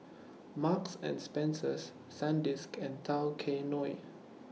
Marks and Spencer Sandisk and Tao Kae Noi